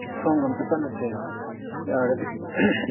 ꯁꯣꯝꯒ ꯑꯝꯇ ꯆꯠꯅꯁꯦ ꯌꯥꯔꯒꯗꯤ